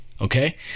okay